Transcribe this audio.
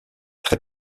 très